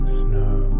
snow